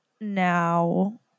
now